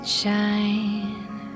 shine